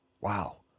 wow